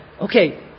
Okay